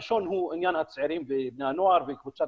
הראשון הוא עניין הצעירים ובני הנוער וקבוצת